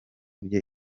bye